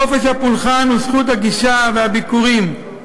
חופש הפעולה וזכות הגישה והביקורים,